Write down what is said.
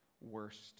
worst